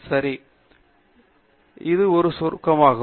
சரி பார்க்கவும் இது ஒரு சுருக்கமாகும்